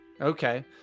Okay